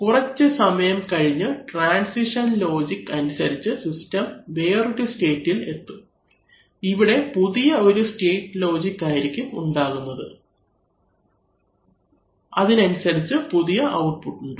കുറച്ചുസമയം കഴിഞ്ഞ് transition logic അനുസരിച്ച് system വേറൊരു സ്റ്റേറ്റ്ഇൽ എത്തും ഇവിടെ പുതിയ ഒരു സ്റ്റേറ്റ് ലോജിക് ആയിരിക്കും ഉണ്ടാകുന്നത് അനുസരിച്ച് പുതിയ ഔട്ട്പുട്ട് ഉണ്ടാവും